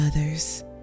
others